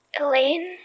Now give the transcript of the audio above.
Elaine